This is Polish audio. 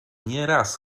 nieraz